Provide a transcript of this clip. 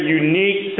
unique